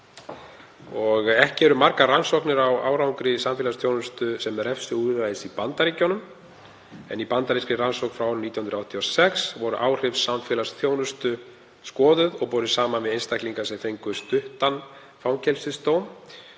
Ekki eru margar rannsóknir á árangri samfélagsþjónustu sem refsiúrræðis í Bandaríkjunum en í bandarískri rannsókn frá 1986 voru áhrif samfélagsþjónustu skoðuð og borin saman við einstaklinga sem fengu stuttan fangelsisdóm.